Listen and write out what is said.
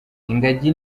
ingagi